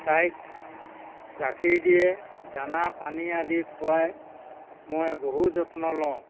তাই গাখীৰ দিয়ে দানা পানী আদি খুৱাই মই বহু যত্ন লওঁ